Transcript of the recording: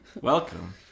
Welcome